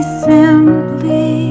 simply